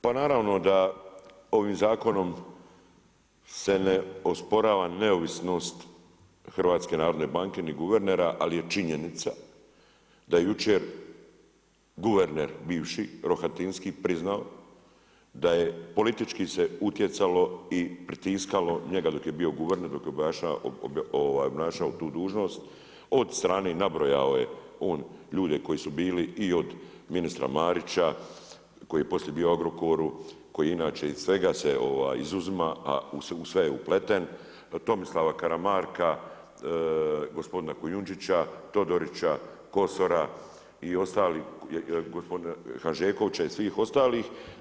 Pa naravno da ovim zakonom, se ne osporava neovisnost HNB, ni guvernera, ali je činjenica, da jučer, guverner, bivši Rohatinski, priznao, da je politički se utjecalo i pritiskalo njega dok je bio guverner, dok je obnašao tu dužnost, od strane, nabrojao je on ljude koji su bili i od ministra Marića, koji je poslije bio u Agrokoru, koji inače iz svega se izuzima, a u sve je upleten, Tomislava Karamarka, gospodina Kujundžića, Todorića, Kosora i ostalih, gospodin Hanžekovića i svih ostalih.